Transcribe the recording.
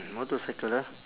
motorcycle ah